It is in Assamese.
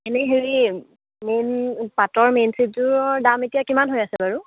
এনেই হেৰি মেইন পাটৰ মেইন চিটযোৰৰ দাম এতিয়া কিমান হৈ আছে বাৰু